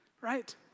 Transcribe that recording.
right